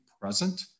present